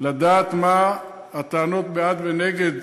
לדעת מה הטענות בעד ונגד,